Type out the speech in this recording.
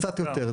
קצת יותר.